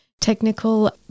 technical